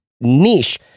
niche